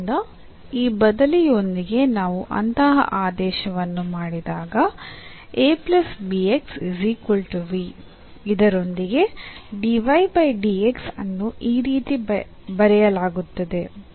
ಆದ್ದರಿಂದ ಈ ಬದಲಿಯೊಂದಿಗೆ ನಾವು ಅಂತಹ ಆದೇಶವನ್ನು ಮಾಡಿದಾಗ dy ಬೈ dx ಅನ್ನು ಈ ರೀತಿ ಬರೆಯಲಾಗುತ್ತದೆ